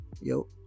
yo